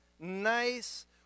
nice